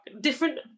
different